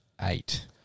eight